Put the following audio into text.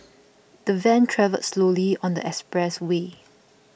the van travelled slowly on the expressway